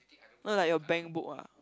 not like your bankbook ah